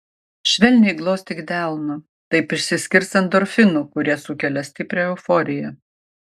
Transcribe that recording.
švelniai glostyk delnu taip išsiskirs endorfinų kurie sukelia stiprią euforiją